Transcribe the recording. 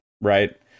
Right